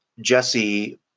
Jesse